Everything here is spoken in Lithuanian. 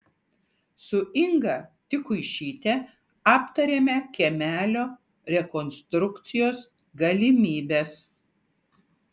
su inga tikuišyte aptarėme kiemelio rekonstrukcijos galimybes